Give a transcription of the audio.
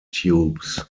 tubes